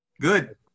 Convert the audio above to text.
Good